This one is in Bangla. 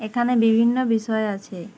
এখানে বিভিন্ন বিষয় আছে